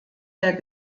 der